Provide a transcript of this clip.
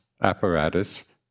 apparatus